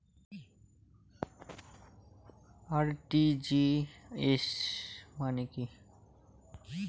RTGS মানে কি?